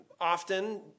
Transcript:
often